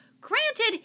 Granted